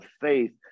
faith